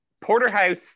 Porterhouse